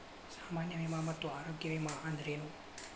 ಸಾಮಾನ್ಯ ವಿಮಾ ಮತ್ತ ಆರೋಗ್ಯ ವಿಮಾ ಅಂದ್ರೇನು?